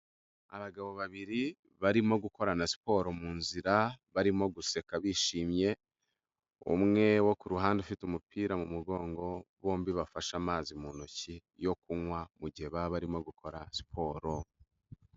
Abagabo babiri barimo gukorana siporo mu nzira, barimo guseka bishimye, umwe wo ku ruhande ufite umupira mu mugongo, bombi bafashe amazi mu ntoki yo kunywa mu gihe baba barimo gukora siporo.